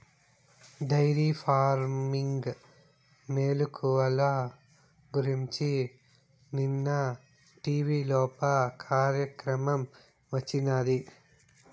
dairy farming మెలుకువల గురించి నిన్న టీవీలోప కార్యక్రమం వచ్చినాది